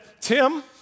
Tim